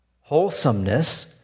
wholesomeness